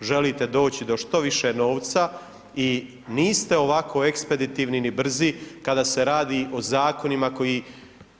Želite doći do što više novca, i niste ovako ekspeditivni ni brzi kada se radi o Zakonima koji